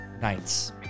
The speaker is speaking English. nights